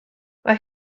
mae